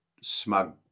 smug